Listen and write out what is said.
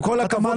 עם כל הכבוד,